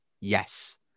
Yes